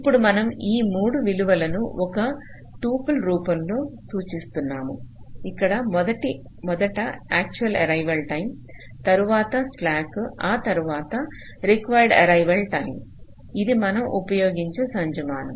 ఇప్పుడు మనం ఈ 3 విలువలను ఒక టుపుల్ రూపంలో సూచిస్తున్నాము ఇక్కడ మొదట యాక్చువల్ ఏరైవల్ టైం తరువాత స్లాక్ ఆ తర్వాత రిక్వైర్డ్ ఏరైవల్ టైం ఇది మనం ఉపయోగించే సంజ్ఞామానం